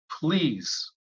please